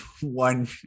one